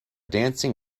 dancing